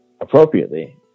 appropriately